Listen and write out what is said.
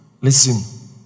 Listen